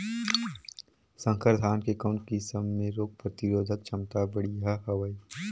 संकर धान के कौन किसम मे रोग प्रतिरोधक क्षमता बढ़िया हवे?